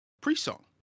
pre-song